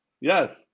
Yes